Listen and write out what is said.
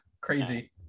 crazy